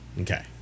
Okay